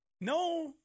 No